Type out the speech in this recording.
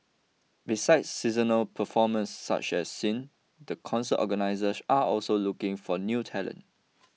besides seasonal performers such as Sin the concert organisers are also looking for new talent